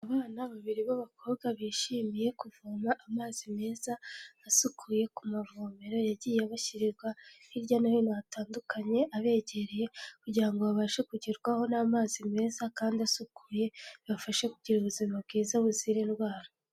Abana babiri b'abakobwa bishimiye kuvoma amazi meza asukuye ku mavomero yagiye abashyirirwa hirya no hino hatandukanye, abegereye kugira ngo babashe kugerwaho n'amazi meza kandi asukuye, bibafashe kugira ubuzima bwiza buzira indwara.